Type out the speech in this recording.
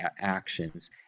actions